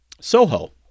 Soho